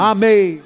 Amen